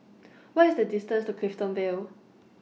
What IS The distance to Clifton Vale